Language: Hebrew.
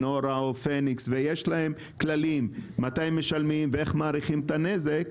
להן יש כללים מתי משלמים ואיך מעריכים את הנזק,